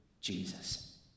Jesus